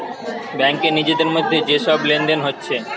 ব্যাংকে নিজেদের মধ্যে যে সব লেনদেন হচ্ছে